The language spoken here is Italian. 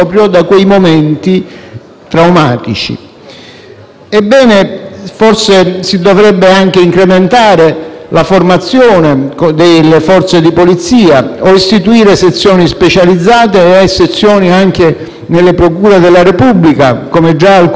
Forse si dovrebbe anche incrementare la formazione delle Forze di polizia o istituire sezioni specializzate e sezioni anche nelle procure della Repubblica, come già alcuni uffici di procura fanno.